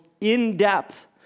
in-depth